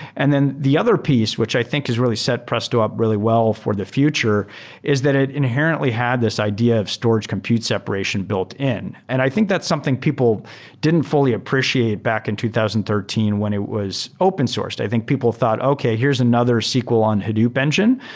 and then the other piece, which i think has really set presto up really well for the future is that it inherently had this idea of storage compute separation built in, and i think that's something people didn't fully appreciate back in two thousand and thirteen when it was open sourced. i think people thought, okay. here's another sql on hadoop engine,